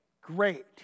great